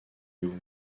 hyun